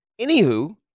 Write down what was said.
anywho